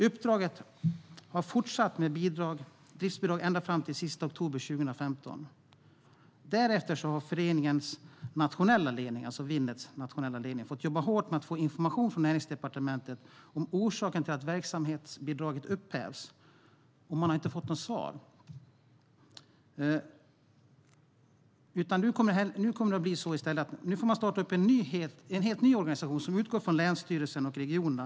Uppdraget har fortsatt med driftsbidrag ända fram till den 31 oktober 2015. Därefter har Winnets nationella ledning fått jobba hårt för att få information från Näringsdepartementet om orsaken till att verksamhetsbidraget upphävs, och man har inte fått något svar. Nu får man i stället starta en helt ny organisation som utgår från länsstyrelserna och regionerna.